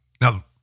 Now